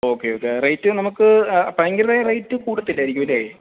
okay okay rate നമുക്ക് ഭയങ്കര rate കൂടത്തില്ലായിരിക്കും അല്ലേ